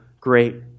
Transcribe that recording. great